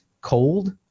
Cold